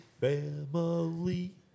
family